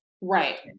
right